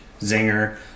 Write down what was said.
Zinger